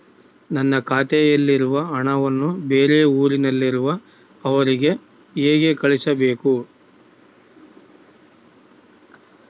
ನನ್ನ ಖಾತೆಯಲ್ಲಿರುವ ಹಣವನ್ನು ಬೇರೆ ಊರಿನಲ್ಲಿರುವ ಅವರಿಗೆ ಹೇಗೆ ಕಳಿಸಬೇಕು?